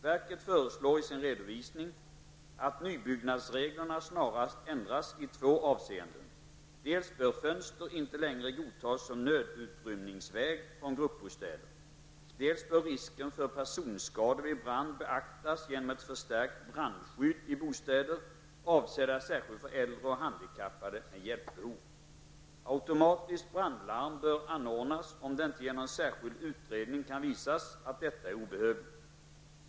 Verket föreslår i sin redovisning att nybyggnadsreglerna snarast ändras i två avseenden. Dels bör fönster inte längre godtas som nödutrymningsväg från gruppbostäder, dels bör risken för personskador vid brand beaktas genom ett förstärkt brandskydd i bostäder avsedda särskilt för äldre och handikappade med hjälpbehov. Automatiskt brandlarm bör anordnas om det inte genom särskild utredning kan visas att detta är obehövligt.